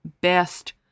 best